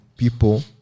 people